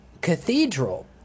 cathedral –